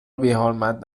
بیحرمت